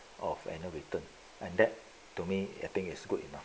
of annual return and that to me I think is good enough